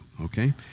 okay